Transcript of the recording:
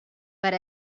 per